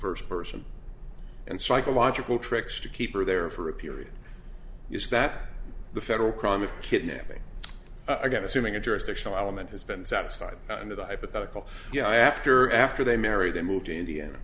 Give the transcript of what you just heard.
first person and psychological tricks to keep her there for a period is that the federal crime of kidnapping again assuming a jurisdictional element has been satisfied and of the hypothetical you know after after they marry they move to